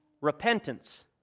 repentance